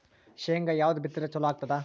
ಶೇಂಗಾ ಯಾವದ್ ಬಿತ್ತಿದರ ಚಲೋ ಆಗತದ?